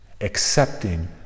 accepting